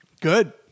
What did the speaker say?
Good